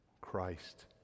Christ